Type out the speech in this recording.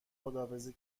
خداحافظی